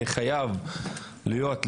אני חייב להיות,